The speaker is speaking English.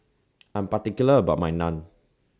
I'm particular about My Naan